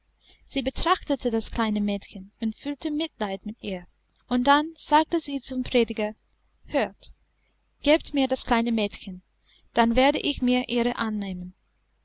sie betrachtete das kleine mädchen und fühlte mitleid mit ihr und dann sagte sie zum prediger hört gebt mir das kleine mädchen dann werde ich mich ihrer annehmen